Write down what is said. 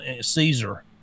Caesar